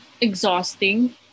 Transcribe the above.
exhausting